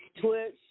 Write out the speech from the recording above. Twitch